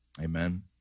Amen